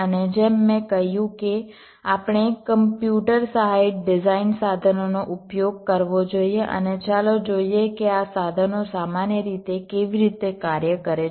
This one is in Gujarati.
અને જેમ મેં કહ્યું કે આપણે કમ્પ્યુટર સહાયિત ડિઝાઇન સાધનોનો ઉપયોગ કરવો જોઈએ અને ચાલો જોઈએ કે આ સાધનો સામાન્ય રીતે કેવી રીતે કાર્ય કરે છે